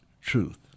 truth